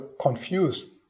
confused